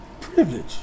privilege